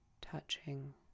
touching